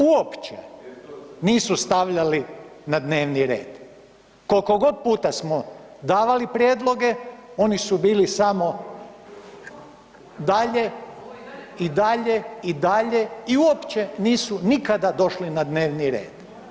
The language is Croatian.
Uopće nisu stavljali na dnevni red koliko god puta smo davali prijedloge, oni su bili samo dalje i dalje i uopće nisu nikada došli na dnevni red.